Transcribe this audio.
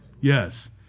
yes